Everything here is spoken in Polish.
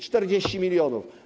40 mln zł!